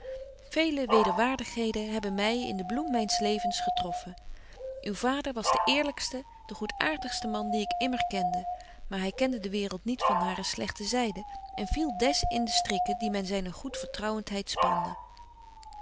vele wederwaardigheden hebben my in den bloem myns levens getroffen uw vader was de eerlykste de goedaartigste man die ik immer kende maar hy kende de waereld niet van hare slegte zyde en viel des in de strikken die men zyne goedvertrouwenheid spande